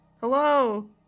Hello